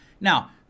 Now